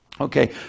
Okay